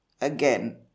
again